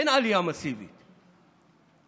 אין עלייה מסיבית, נכון?